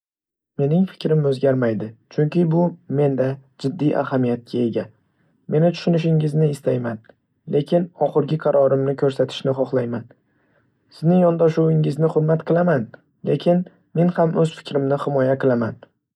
Mening fikrim o'zgarmaydi, chunki bu menda jiddiy ahamiyatga ega. Meni tushunishingizni istayman, lekin oxirgi qarorimni ko'rsatishni xohlayman. Sizning yondoshuvingizni hurmat qilaman, lekin men ham o'z fikrimni himoya qilaman.